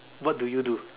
what do you do